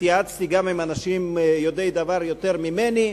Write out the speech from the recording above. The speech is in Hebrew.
התייעצתי גם עם אנשים יודעי דבר יותר ממני.